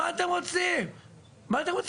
מה אתם רוצים ממנו?